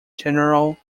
general